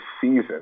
season